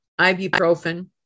ibuprofen